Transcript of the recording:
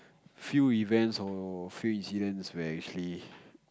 few events or few incidents where actually